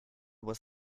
was